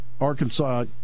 Arkansas